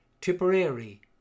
Tipperary